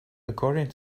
according